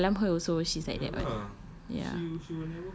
you know when you salam her also she's like that [what] ya